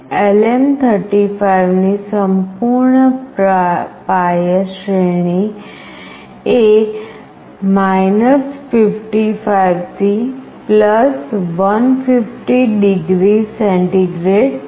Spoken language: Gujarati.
LM35 ની સંપૂર્ણ પાય શ્રેણી એ 55 થી 150 ડિગ્રી સેન્ટીગ્રેડ છે